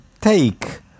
take